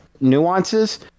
nuances